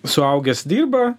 suaugęs dirba